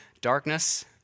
darkness